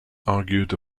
argued